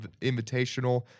Invitational